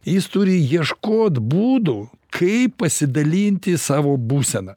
jis turi ieškot būdų kaip pasidalinti savo būsena